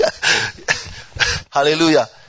Hallelujah